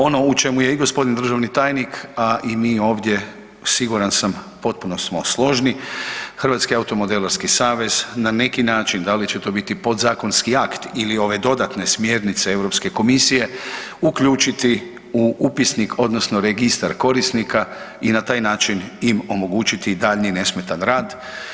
Ono u čemu je i g. državni tajnik, a i mi ovdje siguran sam potpuno smo složni, Hrvatski automodelarski savez na neki način, da li će to biti podzakonski akt ili ove dodatne smjernice Europske komisije uključiti u upisnik odnosno registar korisnika i na taj način im omogućiti daljnji i nesmetan rad.